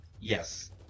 Yes